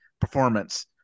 performance